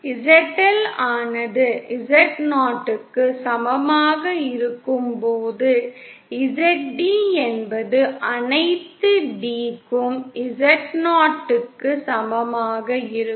ZL ஆனது Zo க்கு சமமாக இருக்கும்போது Zd என்பது அனைத்து d க்கும் Zo க்கு சமமாக இருக்கும்